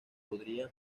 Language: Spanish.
podría